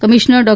commissioner Dr